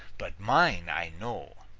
but mine i know,